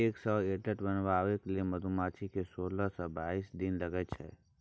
egg सँ adult बनबाक लेल मधुमाछी केँ सोलह सँ बाइस दिन लगै छै